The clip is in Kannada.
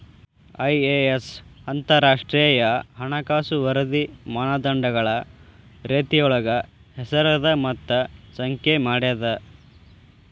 ಐ.ಎ.ಎಸ್ ಅಂತರಾಷ್ಟ್ರೇಯ ಹಣಕಾಸು ವರದಿ ಮಾನದಂಡಗಳ ರೇತಿಯೊಳಗ ಹೆಸರದ ಮತ್ತ ಸಂಖ್ಯೆ ಮಾಡೇದ